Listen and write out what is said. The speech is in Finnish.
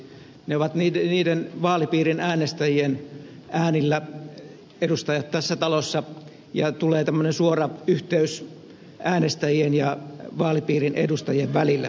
edustajat ovat tässä talossa niiden vaalipiirien äänestäjien äänillä ja tulee tämmöinen suora yhteys äänestäjien ja vaalipiirin edustajien välillä